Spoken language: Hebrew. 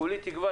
כולי תקווה